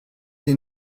des